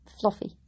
fluffy